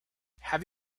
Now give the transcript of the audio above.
have